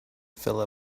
fill